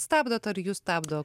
stabdot ar jus stabdo